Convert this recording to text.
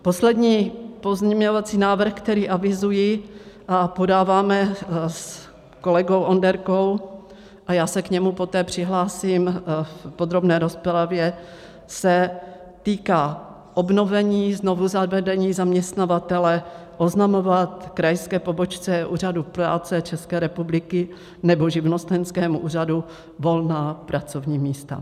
Poslední pozměňovací návrh, který avizuji a podáváme s kolegou Onderkou a já se k němu poté přihlásím v podrobné rozpravě, se týká obnovení znovuzavedení zaměstnavatele oznamovat krajské pobočce úřadu práce České republiky nebo živnostenskému úřadu volná pracovní místa.